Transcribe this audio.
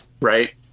right